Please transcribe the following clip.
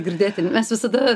girdėti mes visada